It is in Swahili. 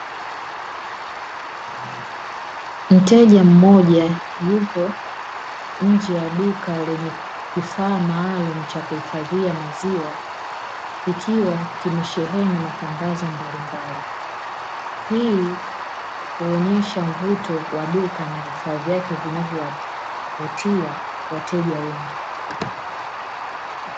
Mteja mmoja yupo nje ya duka lenye kifaa maalumu cha kuhifadhia maziwa, kikiwa kimesheheni matangazo mbalimbali. Hii huonyesha mvuto wa duka na vifaa vyake vinavyowavutia wateja wengi.